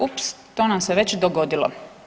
Ups, to nam se već dogodilo.